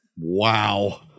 Wow